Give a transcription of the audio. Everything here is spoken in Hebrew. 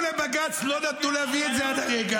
הם הלכו לבג"ץ, לא נתנו להביא את זה עד הרגע.